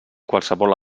qualsevol